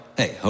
hey